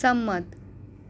સંમત